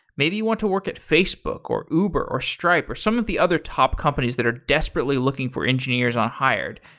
maybe you want to work at facebook, or uber, or stripe, or some of the other top companies that are desperately looking for engineers on hired.